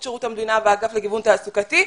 שירות המדינה והאגף לגיוון תעסוקתי,